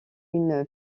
une